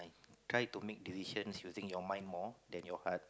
try to make decisions using your mind more than your heart